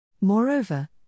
Moreover